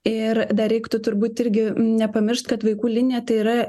ir dar reiktų turbūt irgi nepamiršt kad vaikų linija tai yra